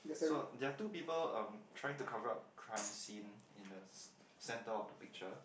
so there are two people um trying to cover up crime scene in the ce~ center of the picture